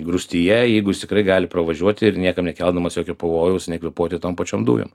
grūstyje jeigu jis tikrai gali pravažiuoti ir niekam nekeldamas jokio pavojaus nekvėpuoti tom pačiom dujom